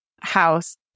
house